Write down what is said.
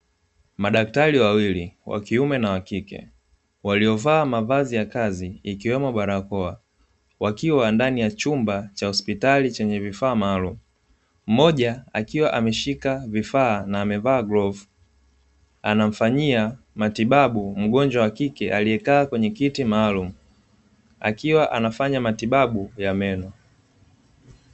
Madaktari wawili (wa kiume na wa kike) waliovaa mavazi ya kazi ikiwemo barakoa, wakiwa ndani ya chumba cha hospitali chenye vifaa maalumu. Mmoja akiwa ameshika vifaa na amevaa glavu, anamfanyia matibabu mgonjwa wa kike aliyekaa kwenye kiti maalumu akiwa anafanya matibabu ya meno.